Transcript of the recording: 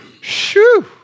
Shoo